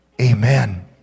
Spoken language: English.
Amen